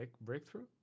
breakthrough